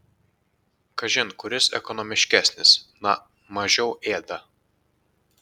kažin kuris ekonomiškesnis na mažiau ėda